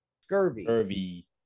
scurvy